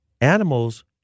animals